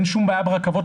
ואין שום בעיה ברכבות.